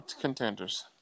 contenders